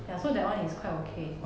ya so that one is quite okay